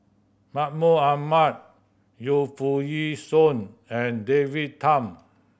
Mahmud Ahmad Yu Foo Yee Shoon and David Tham